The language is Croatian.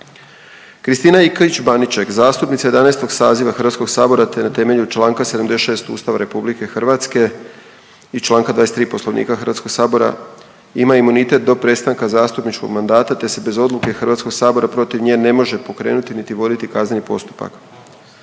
Dalibor Domitrović zastupnik je 11. saziva Hrvatskog sabora, te na temelju članka 76. Ustava Republike Hrvatske i članka 23. Poslovnika Hrvatskog sabora ima imunitet do prestanka zastupničkog mandata, te se bez odluke Hrvatskog sabora protiv njega ne može pokrenuti niti voditi kazneni postupak